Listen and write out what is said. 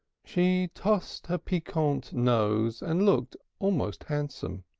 she tossed her piquant nose and looked almost handsome.